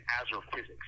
astrophysics